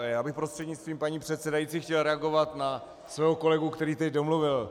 Já bych prostřednictvím paní předsedající chtěl reagovat na svého kolegu, který teď domluvil.